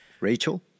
Rachel